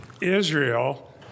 Israel